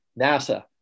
NASA